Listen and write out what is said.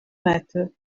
matter